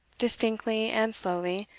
distinctly, and slowly,